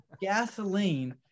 gasoline